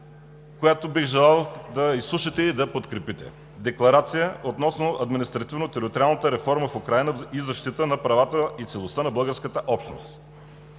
която бих желал да изслушате и да подкрепите: „ДЕКЛАРАЦИЯ относно административно-териториалната реформа в Украйна и защитата на правата и целостта на българската общност